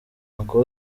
uncle